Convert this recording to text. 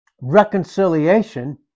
reconciliation